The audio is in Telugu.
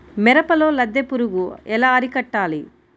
మిరపలో లద్దె పురుగు ఎలా అరికట్టాలి?